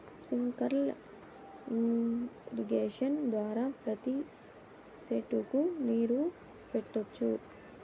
sprinkler irrigation ద్వారా ప్రతి సెట్టుకు నీరు పెట్టొచ్చు